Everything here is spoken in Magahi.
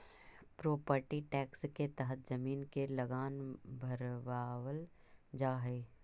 प्रोपर्टी टैक्स के तहत जमीन के लगान भरवावल जा हई